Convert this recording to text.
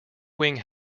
wing